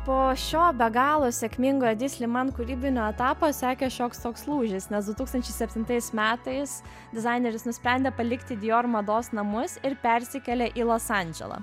po šio be galo sėkmingo edi sliman kūrybinio etapo sekė šioks toks lūžis nes du tūkstančiai septintais metais dizaineris nusprendė palikti dior mados namus ir persikėlė į los andželą